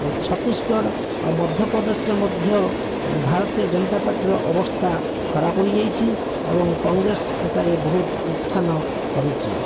ଆଉ ଛତିଶଗଡ଼ ଆଉ ମଧ୍ୟପ୍ରଦେଶରେ ମଧ୍ୟ ଭାରତୀୟ ଜନତା ପାର୍ଟିର ଅବସ୍ଥା ଖରାପ ହୋଇଯାଇଛି ଏବଂ କଂଗ୍ରେସ ଏଠାରେ ବହୁତ ଉତ୍ଥାନ କରିଛି